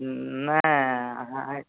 ने